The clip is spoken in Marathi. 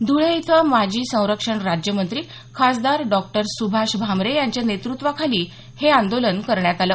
ध्वळे इथं माजी संरक्षण राज्य मंत्री खासदार डॉ सुभाष भामरे यांच्या नेतृत्वाखाली हे आंदोलन करण्यात आलं